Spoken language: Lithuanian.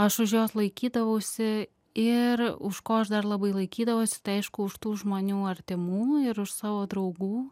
aš už jos laikydavausi ir už ko aš dar labai laikydavausi tai aišku už tų žmonių artimų ir už savo draugų